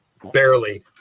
Barely